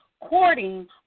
courting